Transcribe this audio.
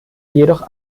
jedoch